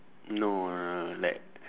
no ah like